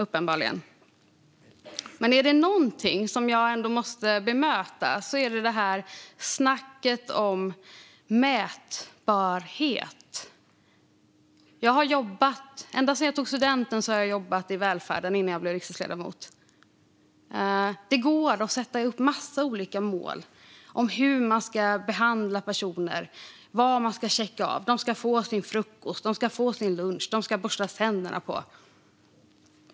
Jag måste ändå bemöta snacket om mätbarhet. Ända sedan jag tog studenten har jag, innan jag blev riksdagsledamot, jobbat i välfärden. Det går att sätta upp en massa olika mål om hur man ska behandla personer och vad man ska checka av. De ska få sin frukost, de ska få sin lunch och de ska få sina tänder borstade.